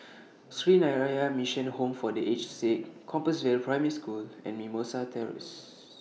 Sree Narayana Mission Home For The Aged Sick Compassvale Primary School and Mimosa Terrace